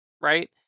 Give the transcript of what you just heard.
right